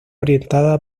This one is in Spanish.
orientada